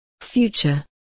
Future